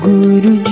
Guru